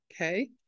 Okay